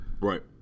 Right